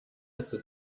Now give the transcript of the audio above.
netze